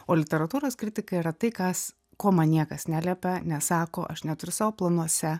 o literatūros kritika yra tai kas ko man niekas neliepia nesako aš neturiu savo planuose